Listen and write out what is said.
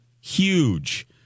huge